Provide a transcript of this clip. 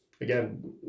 again